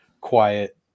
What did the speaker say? quiet